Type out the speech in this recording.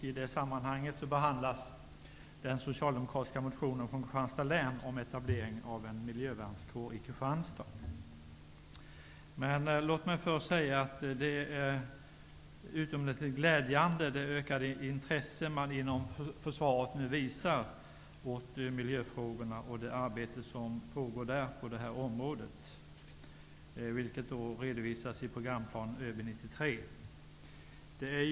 I det sammanhanget behandlas den socialdemokratiska motionen från Låt mig först säga att det ökade intresse som man inom försvaret nu visar miljöfrågorna och det arbete som pågår där på detta område, vilket redovisats i programplanen ÖB 93, är utomordentligt glädjande.